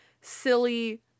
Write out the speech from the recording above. silly